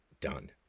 Done